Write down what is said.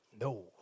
no